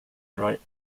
write